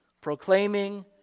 proclaiming